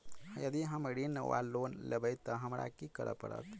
यदि हम ऋण वा लोन लेबै तऽ हमरा की करऽ पड़त?